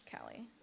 Kelly